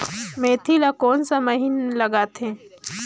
मेंथी ला कोन सा महीन लगथे?